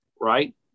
right